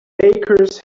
bakers